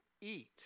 eat